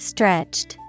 Stretched